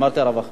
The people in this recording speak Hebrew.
אמרתי "הרווחה".